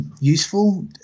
useful